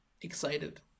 excited